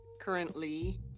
currently